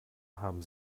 haben